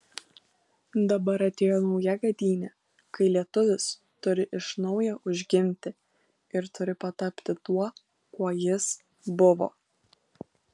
dabar atėjo nauja gadynė kai lietuvis turi iš naujo užgimti ir turi patapti tuo kuo jis buvo